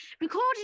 recorded